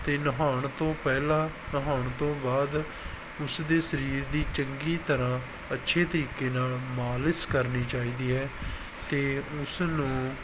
ਅਤੇ ਨਹਾਉਣ ਤੋਂ ਪਹਿਲਾਂ ਨਹਾਉਣ ਤੋਂ ਬਾਅਦ ਉਸ ਦੇ ਸਰੀਰ ਦੀ ਚੰਗੀ ਤਰ੍ਹਾਂ ਅੱਛੇ ਤਰੀਕੇ ਨਾਲ ਮਾਲਿਸ਼ ਕਰਨੀ ਚਾਹੀਦੀ ਹੈ ਅਤੇ ਉਸ ਨੂੰ